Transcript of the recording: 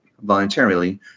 voluntarily